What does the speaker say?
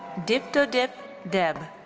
diptodip deb.